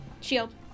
Shield